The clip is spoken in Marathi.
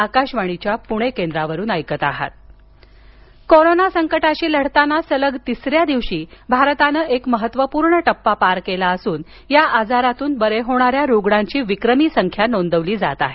आरोग्य कोरोना संकटाशी लढताना सलग तिसऱ्या दिवशी भारतानं एक महत्त्वपूर्ण टप्पा पार केला असून या आजारातून बरे होणाऱ्या रुग्णांची विक्रमी संख्या नोंदवली जात आहे